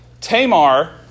Tamar